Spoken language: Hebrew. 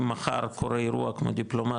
אם מחר קורה אירוע, כמו דיפלומט,